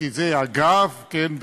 כי זה אגף, כן?